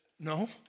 No